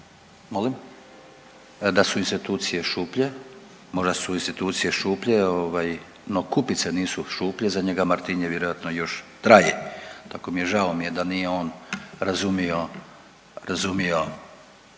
Molim? Da su institucije šuplje. Možda su institucije šuplje, no kupice nisu šuplje. Za njega Martinje vjerojatno još traje. Tako žao mi je da nije on razumio političku